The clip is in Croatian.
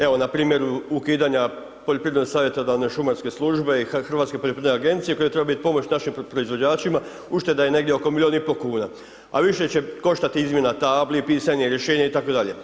Evo na primjeru ukidanja Poljoprivredno savjetodavne šumarske službe i Hrvatske poljoprivredne agencije koja je trebao biti pomoć naših proizvođačima ušteda je negdje oko milion i po kuna, a više koštat izmjena tabli, pisanje rješenja itd.